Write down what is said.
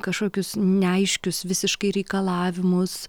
kažkokius neaiškius visiškai reikalavimus